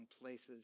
places